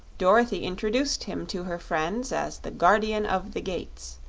dorothy introduced him to her friends as the guardian of the gates,